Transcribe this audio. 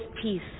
peace